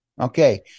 Okay